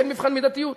אין מבחן מידתיות.